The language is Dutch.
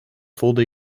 voelde